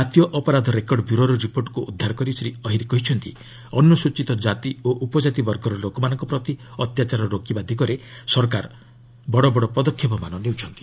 ଜାତୀୟ ଅପରାଧ ରେକର୍ଡ଼ ବ୍ୟୁରୋର ରିପୋର୍ଟକୁ ଉଦ୍ଧାର କରି ଶ୍ରୀ ଅହିର୍ କହିଛନ୍ତି ଅନୁସ୍ରଚିତ କାତି ଓ ଉପକାତି ବର୍ଗର ଲୋକମାନଙ୍କ ପ୍ରତି ଅତ୍ୟାଚାର ରୋକିବା ଦିଗରେ ସରକାର ଗୁରୁତର ପଦକ୍ଷେପମାନ ନେଉଛନ୍ତି